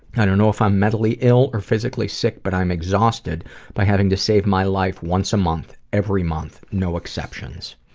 i don't know if i'm mentally ill or physically sick, but i'm exhausted from having to save my life once a month every month no exceptions.